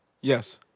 Yes